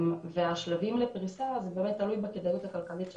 השלבים לפריסה זה באמת תלוי בכדאיות הכלכלית של